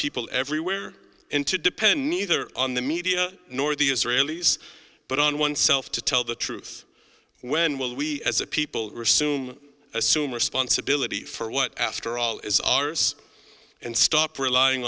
people everywhere and to depend neither on the media nor the israelis but on oneself to tell the truth when will we as a people resume assume responsibility for what after all is ours and stop relying